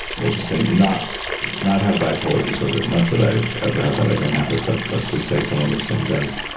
we'll just say, not not have bipolar disorder, not that i've ever had that. i don't have it but let's just say someone listening does.